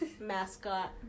mascot